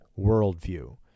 worldview